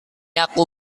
aku